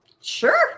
Sure